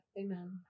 Amen